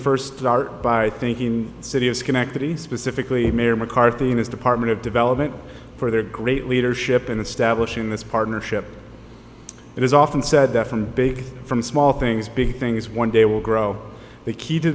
first start by thanking city of schenectady specifically mayor mccarthy and his department of development for their great leadership in establishing this partnership it is often said that from big from small things big things one day will grow the key to